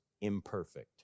imperfect